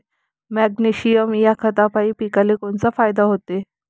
Magnesium ह्या खतापायी पिकाले कोनचा फायदा होते?